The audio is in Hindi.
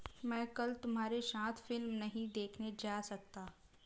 मैं कल तुम्हारे साथ फिल्म नहीं देखने जा सकता